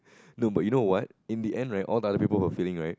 no but you know what in the end right all the other people who were failing right